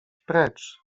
precz